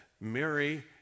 Mary